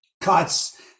cuts